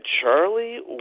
Charlie